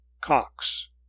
Cox